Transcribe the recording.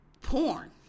porn